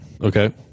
Okay